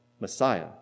Messiah